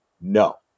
No